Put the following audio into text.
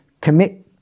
commit